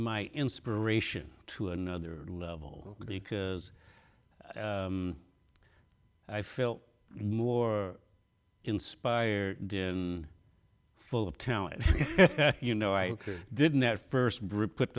my inspiration to another level because i felt more inspired in full of talent you know i didn't at first